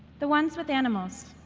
the ones with animals.